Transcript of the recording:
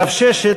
רב ששת,